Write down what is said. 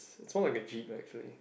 it's form likes a G but actually